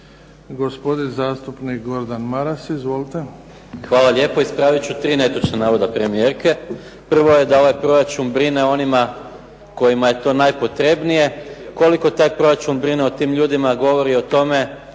gospodin zastupnik Gordan Maras izvolite.